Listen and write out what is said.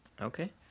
Okay